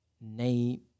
name